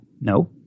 No